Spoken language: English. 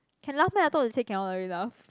can laugh meh I thought they say cannot really laugh